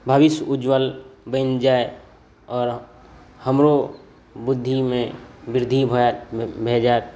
भविष्य उज्ज्वल बनि जाए आओर हमरो बुद्धिमे वृद्धि भऽ जाएत आओर